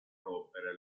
rompere